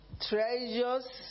Treasures